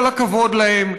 כל הכבוד להן,